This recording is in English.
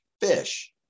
fish